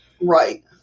Right